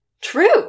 True